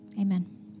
Amen